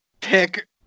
pick